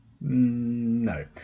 No